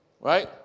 right